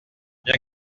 bien